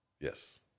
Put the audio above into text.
Yes